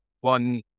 one